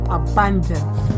abundance